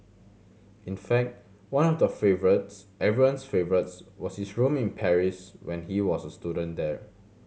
in fact one of the favourites everyone's favourites was his room in Paris when he was a student there